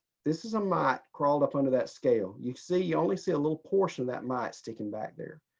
this is a mite crawled up under that scale. you see only see a little portion that mite sticking back there.